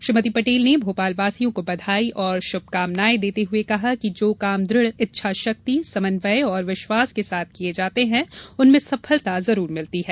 श्रीमती ने भोपालवासियों को बधाई और शुभकामनाएं देते हुए कहा कि जो काम दृढ़ इच्छा शक्ति समन्वय और विश्वास के साथ किये जाते हैं उनमें सफलता अवश्य मिलती है